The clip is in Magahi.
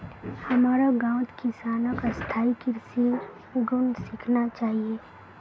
हमारो गांउत किसानक स्थायी कृषिर गुन सीखना चाहिए